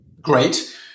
great